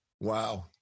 Wow